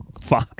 fine